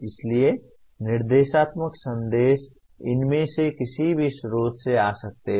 इसलिए निर्देशात्मक संदेश इनमें से किसी भी स्रोत से आ सकते हैं